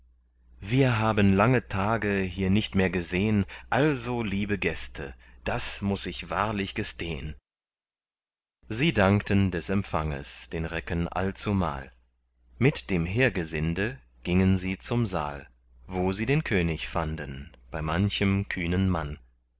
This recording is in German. wir haben lange tage hier nicht mehr gesehn also liebe gäste das muß ich wahrlich gestehn sie dankten des empfanges den recken allzumal mit dem heergesinde gingen sie zum saal wo sie den könig fanden bei manchem kühnen mann